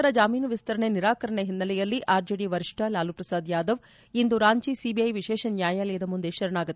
ಮಧ್ಯಂತರ ಜಾಮೀನು ವಿಸ್ತರಣೆ ನಿರಾಕರಣೆ ಹಿನ್ನೆಲೆಯಲ್ಲಿ ಆರ್ಜೆಡಿ ವರಿಷ್ಠ ಲಾಲೂ ಪ್ರಸಾದ್ ಯಾದವ್ ಇಂದು ರಾಂಚಿ ಸಿಬಿಐ ವಿಶೇಷ ನ್ಯಾಯಾಲಯದ ಮುಂದೆ ಶರಣಾಗತಿ